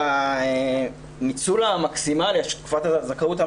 בניצול המקסימלי של תקופת הזכאות,